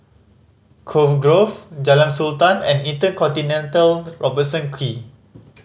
Cove Grove Jalan Sultan and InterContinental Robertson Quay